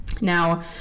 Now